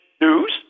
News